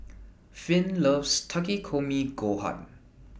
Finn loves Takikomi Gohan